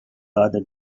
other